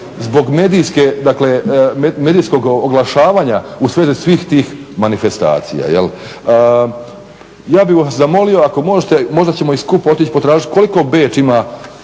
zbog medijske dakle, medijskog oglašavanja u svezi svih tih manifestacija. Ja bih vas zamolio ako možete, možda ćemo i skupa otići potražiti koliko Beč ima